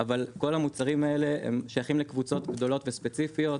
וכל המוצרים האלה הם שייכים לקבוצות גדולות וספציפיות,